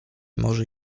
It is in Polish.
może